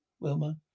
Wilma